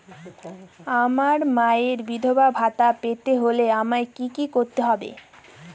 আমার মায়ের বিধবা ভাতা পেতে হলে আমায় কি কি করতে হবে?